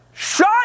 Shut